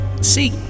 See